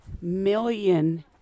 million